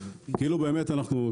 כאילו באמת אנחנו,